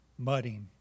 mudding